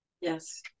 Yes